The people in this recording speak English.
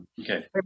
Okay